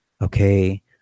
okay